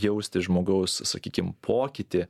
jausti žmogaus sakykim pokytį